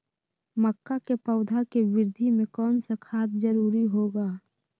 मक्का के पौधा के वृद्धि में कौन सा खाद जरूरी होगा?